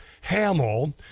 Hamill